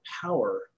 power